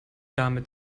dame